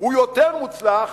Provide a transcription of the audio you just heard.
הוא יותר מוצלח